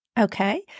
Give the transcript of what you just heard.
Okay